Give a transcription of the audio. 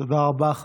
תודה רבה.